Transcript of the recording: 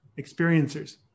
experiencers